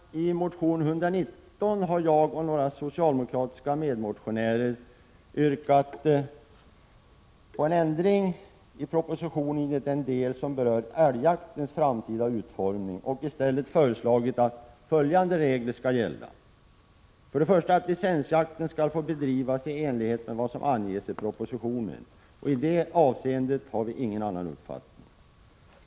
I motion Jo119 har jag och några socialdemokratiska medmotionärer yrkat på en ändring av propositionens förslag i den del som berör älgjaktens framtida utformning och föreslagit att följande regler skall gälla. För det första: Licensjakten skall få bedrivas i enlighet med vad som anges i propositionen. I det avseendet har vi ingen annan uppfattning.